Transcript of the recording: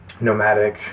nomadic